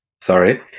Sorry